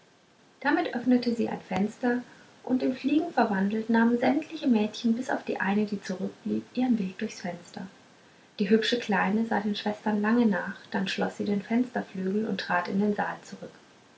damit öffnete sie ein fenster und in fliegen verwandelt nahmen sämtliche mädchen bis auf die eine die zurückblieb ihren weg durchs fenster die hübsche kleine sah den schwestern lange nach dann schloß sie den fensterflügel und trat in den saal zurück